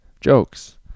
Jokes